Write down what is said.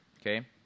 okay